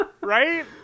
Right